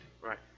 Right